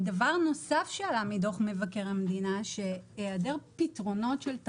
דבר נוסף שעלה מדוח מבקר המדינה הוא שהיעדר פתרונות של מספיק